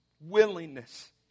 willingness